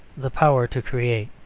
the power to create.